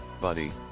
buddy